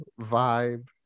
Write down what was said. vibe